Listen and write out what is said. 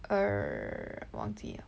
err 忘记了